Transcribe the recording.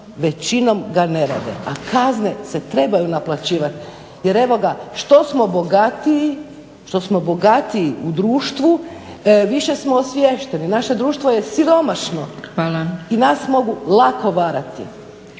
većinom ga ne rade, a kazne se trebaju naplaćivati jer evo ga što smo bogatiji u društvu više smo osviješteni. Naše društvo je siromašno i nas mogu lako varati.